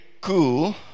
cool